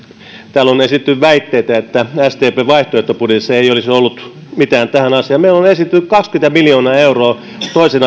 täällä on esitetty väitteitä että sdpn vaihtoehtobudjetissa ei olisi ollut mitään tähän asiaan meillä on esitetty kaksikymmentä miljoonaa euroa toisen